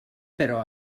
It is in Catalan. però